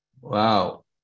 Wow